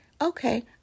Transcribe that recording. okay